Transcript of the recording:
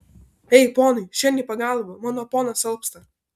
ei ponai šen į pagalbą mano ponas alpsta